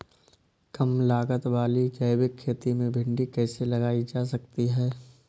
कम लागत वाली जैविक खेती में भिंडी कैसे लगाई जा सकती है?